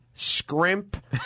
scrimp